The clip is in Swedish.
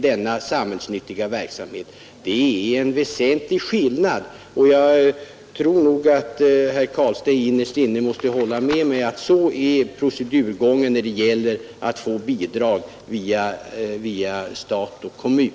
Det skulle vara en väsentlig skillnad, och jag tror nog att herr Carlstein innerst inne håller med mig om att procedurgången är sådan som jag här beskriver när det gäller att få bidrag via stat och kommun.